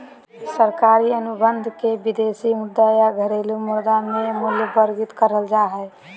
सरकारी अनुबंध के विदेशी मुद्रा या घरेलू मुद्रा मे मूल्यवर्गीत करल जा हय